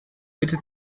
bitte